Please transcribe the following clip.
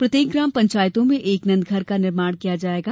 प्रत्येक ग्राम पंचायत में एक नंदघर का निर्माण किया जायेगा